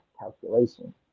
calculation